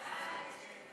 ההצעה